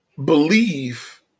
believe